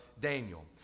Daniel